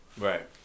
Right